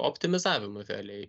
optimizavimu realiai